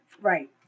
right